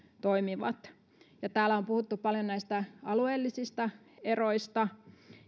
toimivat täällä on puhuttu paljon näistä alueellisista eroista